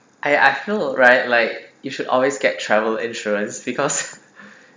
I I feel right like you should always get travel insurance because